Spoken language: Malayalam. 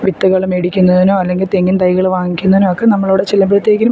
വിത്തുകൾ മേടിക്കുന്നതിനോ അല്ലെങ്കിൽ തെങ്ങിൻ തൈകൾ വാങ്ങിക്കുന്നതിനോ ഒക്കെ നമ്മൾ അവിടെ ചെല്ലുമ്പോഴത്തേക്കും